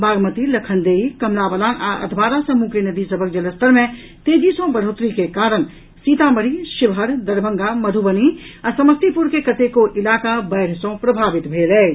बागमती लखनदेई कमला बलान आ अधवारा समूह के नदी सभक जलस्तर मे तेजी सॅ बढ़ोतरी के कारण सीतामढ़ी शिवहर दरभंगा मधुबनी आ समस्तीपुर के कतेको इलाका बाढ़ि सॅ प्रभावित भेल अछि